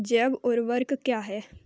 जैव ऊर्वक क्या है?